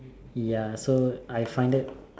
ya so I find that